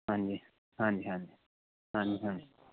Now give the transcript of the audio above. ਹਾਂਜੀ ਹਾਂਜੀ ਹਾਂਜੀ ਹਾਂਜੀ ਹਾਂਜੀ